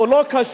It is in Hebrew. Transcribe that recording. הוא לא קשוב?